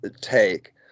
take